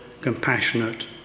compassionate